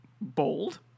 Bold